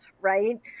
right